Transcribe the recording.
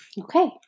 Okay